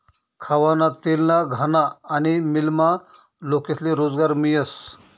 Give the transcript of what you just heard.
खावाना तेलना घाना आनी मीलमा लोकेस्ले रोजगार मियस